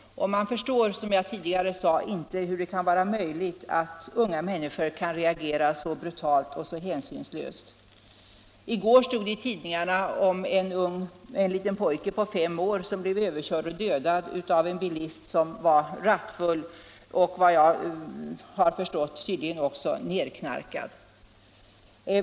Man förstår inte, som jag tidigare sagt, hur det kan vara möjligt att unga människor kan reagera så brutalt och så hänsynslöst. I går stod det i tidningarna om en liten pojke på fem år som blev överkörd och dödad av en bilist som var rattfull och enligt vad jag förstått tydligen också nerknarkad.